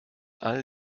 all